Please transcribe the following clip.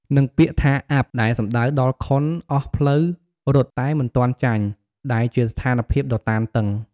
និងពាក្យថា អាប់ ដែលសំដៅដល់ខុនអស់ផ្លូវរត់តែមិនទាន់ចាញ់ ដែលជាស្ថានភាពដ៏តានតឹង។